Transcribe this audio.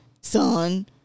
son